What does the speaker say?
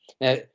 Now